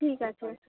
ঠিক আছে